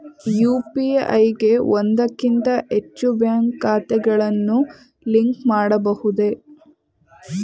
UPI ಗೆ ಒಂದಕ್ಕಿಂತ ಹೆಚ್ಚು ಬ್ಯಾಂಕ್ ಖಾತೆಗಳನ್ನು ಲಿಂಕ್ ಮಾಡಬಹುದೇ?